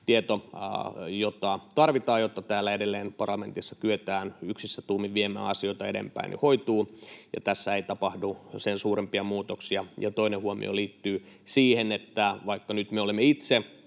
tieto, jota tarvitaan, hoituu, jotta täällä parlamentissa edelleen kyetään yksissä tuumin viemään asioita eteenpäin, ja tässä ei tapahdu sen suurempia muutoksia. Ja toinen huomio liittyy siihen, että vaikka nyt me olemme itse